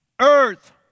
Earth